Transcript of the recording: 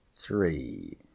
Three